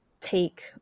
take